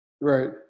Right